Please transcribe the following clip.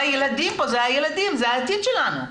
זה הילדים, זה העתיד שלנו.